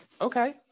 okay